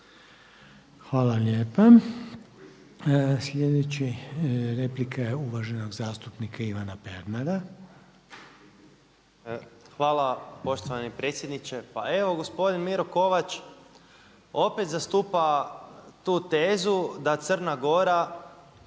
Hvala lijepa. Sljedeća replika je uvaženog zastupnika Ivana Pernara. **Pernar, Ivan (Abeceda)** Hvala poštovani predsjedniče. Pa evo gospodin Miro Kovač opet zastupa tu tezu da Crna Gora